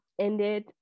ended